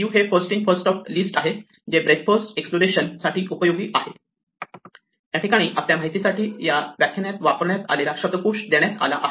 Q हे first in first out list आहे जे ब्रेडथ फर्स्ट एक्स्प्लोरेशन साठी उपयोगी आहे